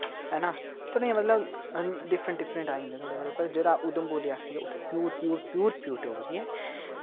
हैना ते मतलब डिफ्रैंट डिफ्रैंट आई जंदे थोह्ड़े थोह्ड़े पर जेह्ड़ा उधमपुर रियासी उत्थें pure pure pure pure Dogri ऐ